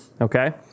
okay